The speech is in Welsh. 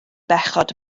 bechod